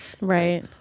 Right